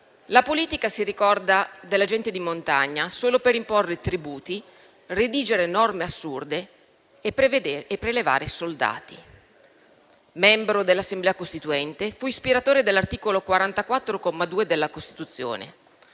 la politica si ricorda della gente di montagna solo per imporre tributi, redigere norme assurde e prelevare soldati. Membro dell'Assemblea costituente, fu ispiratore dell'articolo 44, secondo comma, della Costituzione